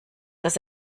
das